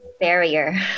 barrier